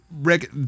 Rick